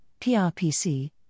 PRPC